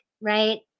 right